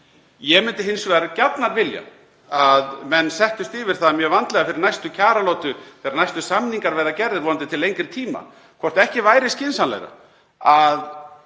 Ég myndi hins vegar gjarnan vilja að menn settust yfir það mjög vandlega fyrir næstu kjaralotu þegar næstu samningar verða gerðir, vonandi til lengri tíma, hvort ekki væri skynsamlegra